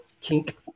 kink